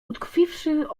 utkwiwszy